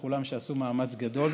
וכל מי שעשו מאמץ גדול,